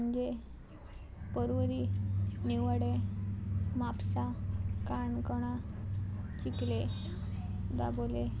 पणजे परवरी निव वाडें म्हापसा काणकोणा चिकलें दाबोलें